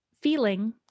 feeling